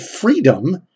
Freedom